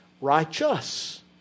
Righteous